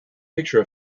picture